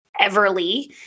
Everly